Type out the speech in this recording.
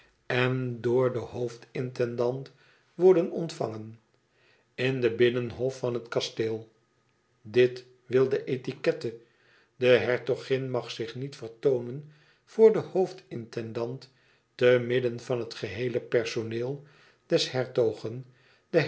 en door den hoofdintendant worden ontvangen in den binnenhof van het kasteel dit wil de etiquette de hertogin mag zich niet vertoonen voor de hoofdintendant te midden van het geheele personeel des hertogen